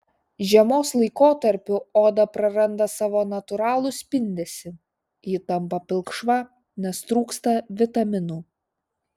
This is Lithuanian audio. žiemos laikotarpiu oda praranda savo natūralų spindesį ji tampa pilkšva nes trūksta vitaminų